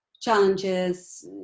challenges